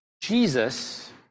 Jesus